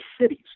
cities